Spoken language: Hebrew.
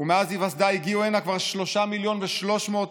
ומאז היווסדה הגיעו הנה כבר 3,300,000 עולים.